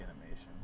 animation